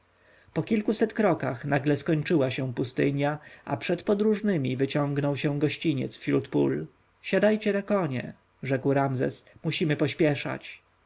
po kilkuset krokach nagle skończyła się pustynia a przed podróżnymi wyciągnął się gościniec wśród pól siadajcie na konie rzekł ramzes musimy pośpieszać